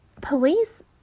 police